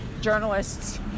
journalists